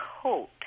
coat